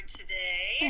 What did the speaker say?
today